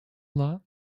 law